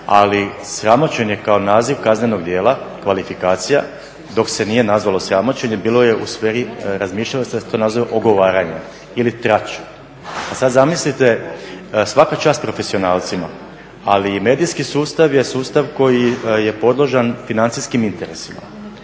ali sramoćenje kao naziv kaznenog djela kvalifikacija dok se nije nazvalo sramoćenje bilo je u sferi razmišljanja da se to nazove ogovaranjem ili trač. A sada zamislite, svaka čast profesionalcima ali medijski sustav je sustav koji je podložan financijskim interesima.